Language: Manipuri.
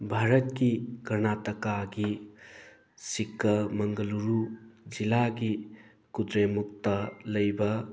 ꯚꯥꯔꯠꯀꯤ ꯀꯔꯅꯥꯇꯀꯥꯒꯤ ꯆꯤꯛꯀꯃꯒꯂꯨꯔꯨ ꯖꯤꯂꯥꯒꯤ ꯀꯨꯗ꯭ꯔꯦꯃꯨꯈꯇ ꯂꯩꯕ